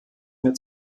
mehr